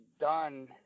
done